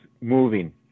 moving